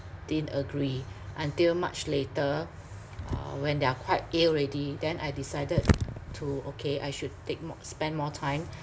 didn't agree until much later uh when they are quite ill already then I decided to okay I should take more spend more time